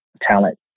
talent